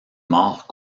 morts